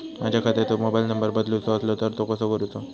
माझ्या खात्याचो mobile number बदलुचो असलो तर तो कसो करूचो?